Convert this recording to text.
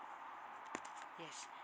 yes